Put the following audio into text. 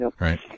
Right